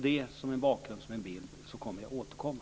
Mot den bakgrunden avser jag att återkomma.